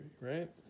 right